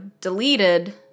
deleted